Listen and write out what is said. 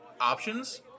options